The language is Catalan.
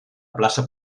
plaça